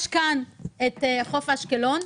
יש כאן את חוף אשקלון.